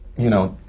you know.